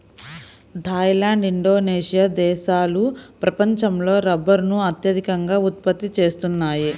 Thai land, Indonesia దేశాలు ప్రపంచంలో రబ్బరును అత్యధికంగా ఉత్పత్తి చేస్తున్నాయి